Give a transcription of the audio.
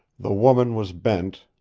the woman was bent,